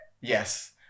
yes